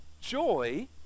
joy